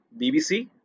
BBC